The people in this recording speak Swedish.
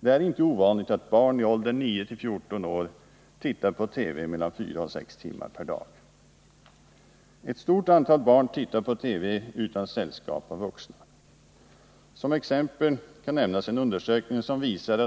Det är inte ovanligt att barn i åldern 9-14 år tittar på TV mellan fyra och sex timmar per dag. Ett stort antal barn tittar på TV utan sällskap av vuxna. Som exempel kan nämnas en undersökning som visar